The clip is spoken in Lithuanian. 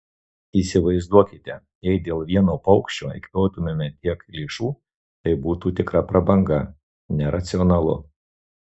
įsivaizduokite jei dėl vieno paukščio eikvotumėme tiek lėšų tai būtų tikra prabanga neracionalu